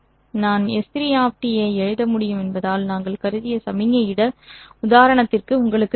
நான் S3 ஐ எழுத முடியும் என்பதால் நாங்கள் கருதிய சமிக்ஞை இட உதாரணத்திற்கு உங்களுக்குத் தெரியும்